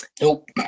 Nope